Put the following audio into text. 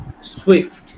Swift